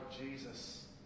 Jesus